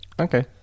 okay